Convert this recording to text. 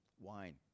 Wine